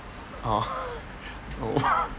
orh oh